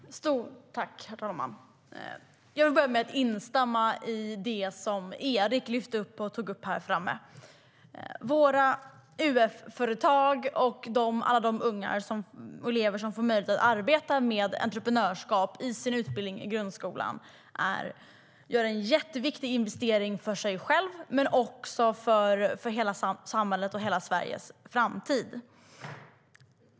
Herr talman! Jag vill börja med att instämma i det som Erik Bengtzboe tog upp här. Våra UF-företag och de elever som får möjlighet att arbeta med entreprenörskap i sin utbildning gör en jätteviktig investering för sig själva men också för hela samhället och för hela Sveriges framtid.